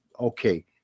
Okay